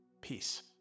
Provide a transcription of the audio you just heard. Peace